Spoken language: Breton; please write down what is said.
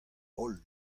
holl